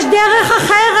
יש דרך אחרת.